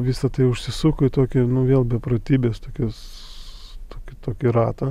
visa tai užsisuko į tokią nu vėl beprotybės tokios kitokį ratą